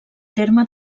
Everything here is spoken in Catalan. terme